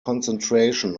concentration